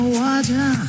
water